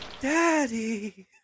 Daddy